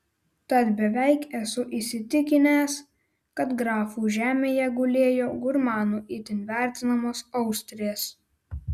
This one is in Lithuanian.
tad beveik esu įsitikinęs kad grafų žemėje gulėjo gurmanų itin vertinamos austrės